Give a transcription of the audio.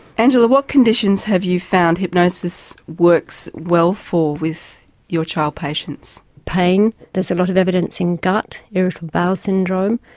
angela, what conditions have you found hypnosis works well for with your child patients. pain there's a lot of evidence in gut, irritable bowel syndrome,